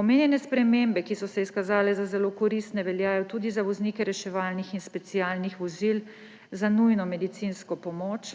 Omenjene spremembe, ki so se izkazale za zelo koristne, veljajo tudi za voznike reševalnih in specialnih vozil za nujno medicinsko pomoč,